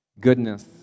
goodness